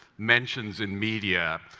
mentions in media,